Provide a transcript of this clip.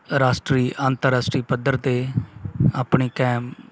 ਰਾਸ਼ਟਰੀ ਅੰਤਰਰਾਸ਼ਟਰੀ ਪੱਧਰ 'ਤੇ ਆਪਣੀ ਕਾਇਮ